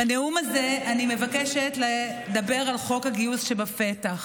בנאום הזה אני מבקשת לדבר על חוק הגיוס שבפתח.